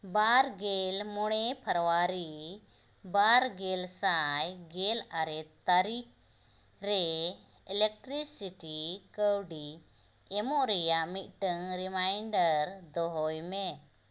ᱵᱟᱨᱜᱮᱞ ᱢᱚᱬᱮ ᱯᱷᱟᱨᱣᱟᱨᱤ ᱵᱟᱨᱜᱮᱞ ᱥᱟᱭ ᱜᱮᱞ ᱟᱨᱮ ᱛᱟᱨᱤᱠᱷᱨᱮ ᱤᱞᱮᱠᱴᱨᱤᱥᱤᱴᱤ ᱠᱟᱹᱣᱰᱤ ᱮᱢᱚᱜ ᱨᱮᱭᱟᱜ ᱢᱤᱫᱴᱟᱝ ᱨᱤᱢᱟᱭᱤᱱᱰᱟᱨ ᱫᱚᱦᱚᱭ ᱢᱮ